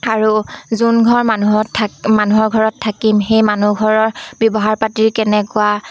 আৰু যোন ঘৰ মানুহৰ থাক মানুহৰ ঘৰত থাকিম সেই মানুহ ঘৰৰ ব্যৱহাৰ পাতি কেনেকুৱা